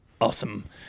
awesome